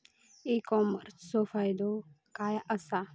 E कॉमर्सचो फायदो काय असा?